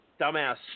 dumbass